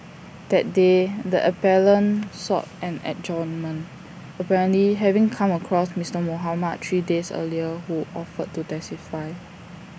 that day the appellant sought an adjournment apparently having come across Mister Mohamed three days earlier who offered to testify